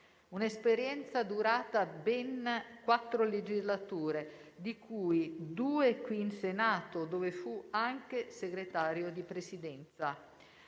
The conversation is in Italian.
un'esperienza durata ben quattro legislature, di cui due qui in Senato, dove fu anche Segretario di Presidenza.